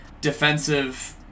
defensive